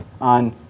on